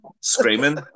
screaming